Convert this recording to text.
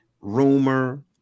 rumor